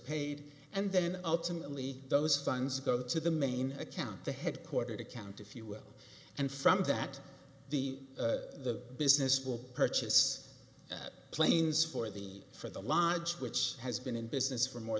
paid and then ultimately those funds go to the main account the headquartered account if you will and from that the the business will purchase planes for the for the large which has been in business for more